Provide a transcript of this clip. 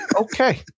Okay